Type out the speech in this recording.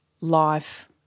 life